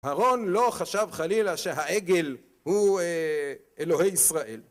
אהרון לא חשב חלילה שהעגל הוא אלוהי ישראל